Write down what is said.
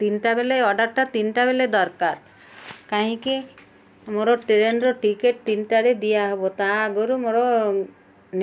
ତିନିଟା ବେଳେ ଅର୍ଡ଼ରଟା ତିନିଟା ବେଳେ ଦରକାର କାହିଁକି ମୋର ଟ୍ରେନ୍ର ଟିକେଟ୍ ତିନିଟାରେ ଦିଆହବ ତା' ଆଗରୁ ମୋର